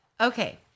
Okay